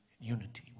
unity